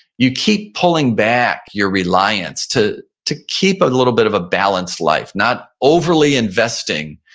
you keep pulling back your reliance to to keep a little bit of a balanced life, not overly investing.